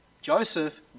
Joseph